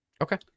okay